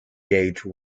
gauge